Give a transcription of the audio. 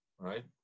right